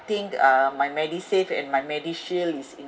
think uh my medisave and medishield is enough